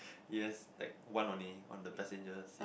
yes like one only on the passenger seat